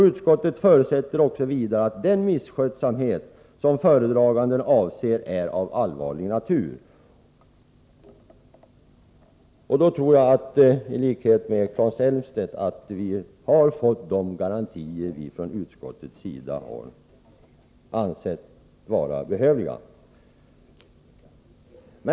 Utskottet förutsätter vidare att den misskötsamhet som föredraganden avser är av allvarlig nlaes Elmstedt, att vi därmed har fått de garantier som vi från utskottets sida har ansett vara behövliga.